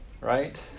Right